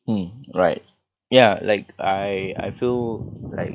mm right ya like I I feel like